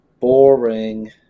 Boring